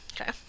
Okay